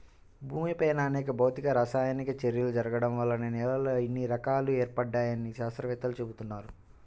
భూమిపైన అనేక భౌతిక, రసాయనిక చర్యలు జరగడం వల్ల నేలల్లో ఇన్ని రకాలు ఏర్పడ్డాయని శాత్రవేత్తలు చెబుతున్నారు